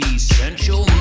Essential